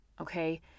Okay